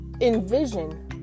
envision